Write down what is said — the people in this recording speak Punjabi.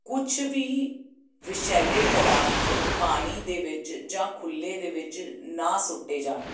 ਕੁਛ ਵੀ ਵਿਸ਼ੈਲੇ ਪਦਾਰਥ ਪਾਣੀ ਦੇ ਵਿੱਚ ਜਾਂ ਖੁੱਲ੍ਹੇ ਦੇ ਵਿੱਚ ਨਾ ਸੁੱਟੇ ਜਾਣ